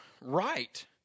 right